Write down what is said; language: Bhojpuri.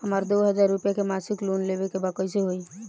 हमरा दो हज़ार रुपया के मासिक लोन लेवे के बा कइसे होई?